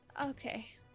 Okay